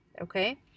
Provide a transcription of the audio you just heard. okay